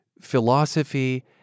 philosophy